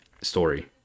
story